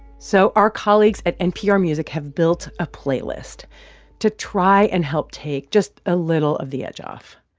so our colleagues at npr music have built a playlist to try and help take just a little of the edge off.